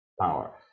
power